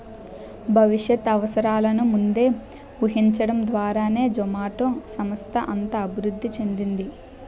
భవిష్యత్ అవసరాలను ముందే ఊహించడం ద్వారానే జొమాటో సంస్థ అంత అభివృద్ధి చెందింది